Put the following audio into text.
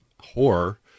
horror